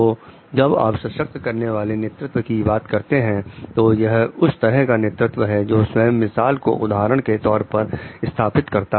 तो जब आप सशक्त करने वाले नेतृत्व की बात करते हैं तो यह उस तरह का नेतृत्व है जो स्वयं मिसाल को उदाहरण के तौर पर स्थापित करें